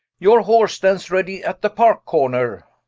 your horse stands ready at the parke-corner